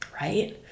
Right